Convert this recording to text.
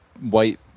white